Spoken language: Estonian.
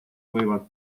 võivad